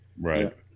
right